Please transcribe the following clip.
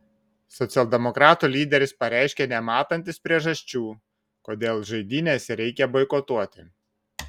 socialdemokratų lyderis pareiškė nematantis priežasčių kodėl žaidynes reikia boikotuoti